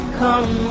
come